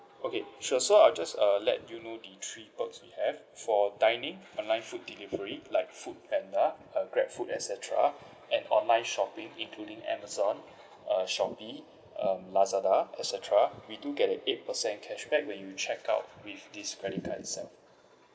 okay sure so I'll just uh let you know the three perks we have for dining online food delivery like Foodpanda uh Grab food et cetera and online shopping including Amazon uh Shopee um Lazada et cetera we do get an eight percent cashback when you check out with this credit card itself